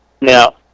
Now